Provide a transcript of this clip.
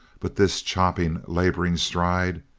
but this chopping, laboring stride!